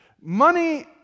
Money